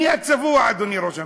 מי הצבוע, אדוני ראש הממשלה?